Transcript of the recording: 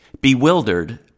Bewildered